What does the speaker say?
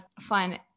fun